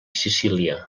sicília